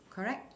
correct